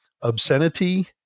obscenity